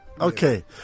Okay